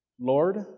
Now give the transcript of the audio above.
lord